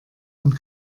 und